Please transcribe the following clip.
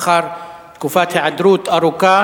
לאחר תקופת היעדרות ארוכה